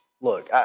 Look